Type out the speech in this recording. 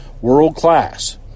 world-class